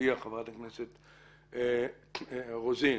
הכנסת רוזין.